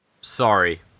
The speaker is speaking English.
sorry